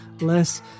less